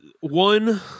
one